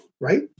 Right